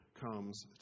comes